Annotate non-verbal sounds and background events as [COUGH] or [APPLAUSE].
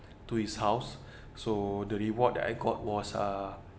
to his house [BREATH] so the reward that I got was uh